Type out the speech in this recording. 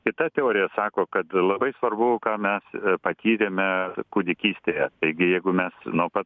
kita teorija sako kad labai svarbu ką mes patyrėme kūdikystėje taigi jeigu mes nuo pat